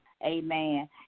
amen